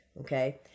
okay